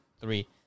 three